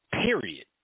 Period